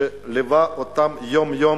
שמלווה אותם יום-יום